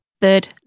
third